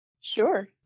sure